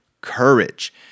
courage